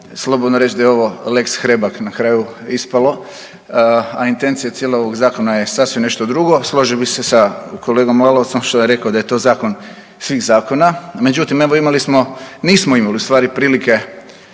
slobodno reći da je ovo lex Hrebak na kraju ispalo, a intencija cijelog ovog zakona je sasvim nešto drugo. Složio bih se sa kolegom Lalovcem što je rekao da je to zakon svih zakona. Međutim evo imali smo, nismo u stvari imali